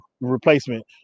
replacement